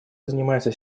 занимается